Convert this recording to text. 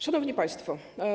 Szanowni Państwo!